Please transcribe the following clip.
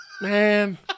Man